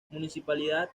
municipalidad